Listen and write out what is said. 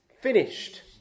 finished